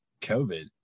COVID